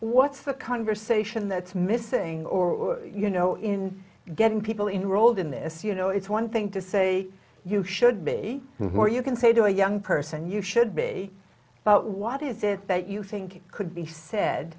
what's the conversation that's missing or you know in getting people in rolled in this you know it's one thing to say you should be where you can say to a young person you should be but what is it that you think could be sa